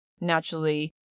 naturally